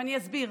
ואני אסביר.